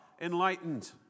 enlightened